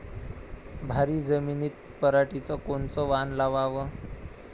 भारी जमिनीत पराटीचं कोनचं वान लावाव?